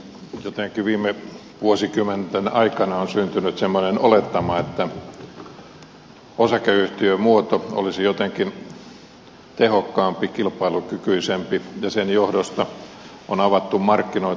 jotenkin viime vuosikymmenten aikana on syntynyt semmoinen olettama että osakeyhtiömuoto olisi jotenkin tehokkaampi kilpailukykyisempi ja sen johdosta on avattu markkinoita